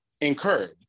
incurred